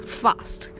fast